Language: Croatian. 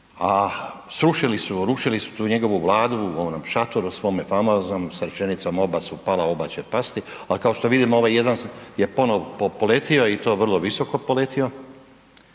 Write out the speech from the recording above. a srušili su rušili su tu njegovu vladu u onom šatoru svome famoznom sa rečenicom „Oba su pala, oba će pasti“, a kao što vidimo ovaj jedan je ponovo poletio i to vrlo visoko poletio.